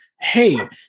hey